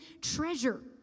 treasure